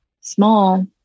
small